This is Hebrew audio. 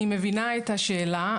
אני מבינה את השאלה,